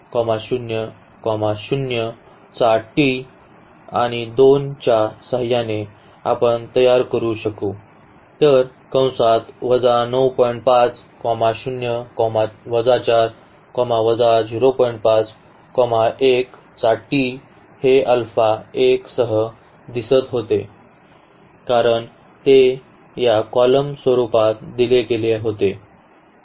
हे अल्फा 1 सह दिसत होते आणि हे अल्फा 2 सह दिसत होते आपण हा ट्रान्सपोज येथे नुकताच वापरला आहे कारण ते या column स्वरूपात दिले गेले होते